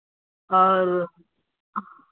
और